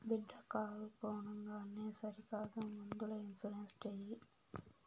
బిడ్డా కారు కొనంగానే సరికాదు ముందల ఇన్సూరెన్స్ చేయి